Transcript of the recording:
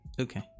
Okay